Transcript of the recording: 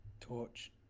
Torch